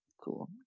cool